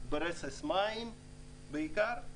ברסס מים בעיקר,